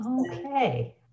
Okay